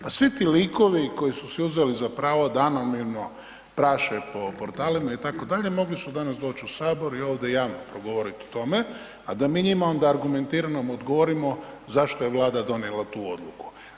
Pa svi ti likovi koji su si uzeli za pravo da anonimno praše po portalima itd., mogli su danas doći u sabor i ovdje javno progovoriti o tome, a da mi njima onda argumentiramo odgovorimo zašto je Vlada donijela tu odluku.